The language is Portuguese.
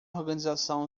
organização